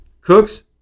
Cooks